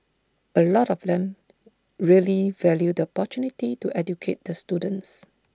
A lot of them really value the opportunity to educate the students